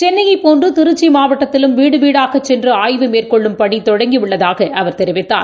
சென்னையைபோன்றுதிருச்சிமாவட்டத்திலும் வீடுவீடாகசென்றுஆய்வு மேற்கொள்ளும் பணிதொடங்கிஉள்ளதாகஅவர் தெரிவித்தார்